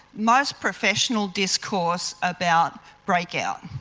most professional discourse about breakout.